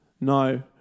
No